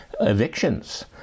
evictions